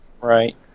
Right